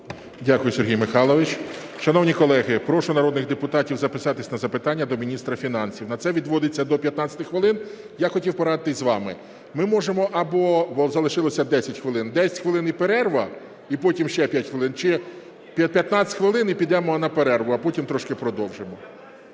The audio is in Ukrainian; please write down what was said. Дякую, Сергій Михайлович. Шановні колеги, прошу народних депутатів записатися на запитання до міністра фінансів, на це відводиться до 15 хвилин. Я хотів порадитися з вами: ми можемо або, бо залишилося 10 хвилин, 10 хвилин – і перерва, і потім ще 5 хвилин, чи 15 хвилин – і підемо на перерву, а потім трошки продовжимо.